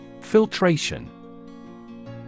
Filtration